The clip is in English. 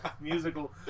musical